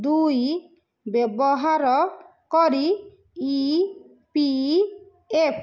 ଦୁଇ ବ୍ୟବହାର କରି ଇ ପି ଏଫ୍